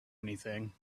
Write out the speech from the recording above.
anything